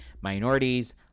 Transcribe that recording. minorities